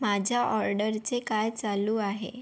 माझ्या ऑर्डरचे काय चालू आहे